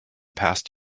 past